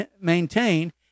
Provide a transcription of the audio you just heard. maintained